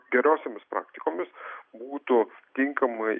gerosiomis praktikomis būtų tinkamai